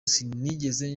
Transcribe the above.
sinigeze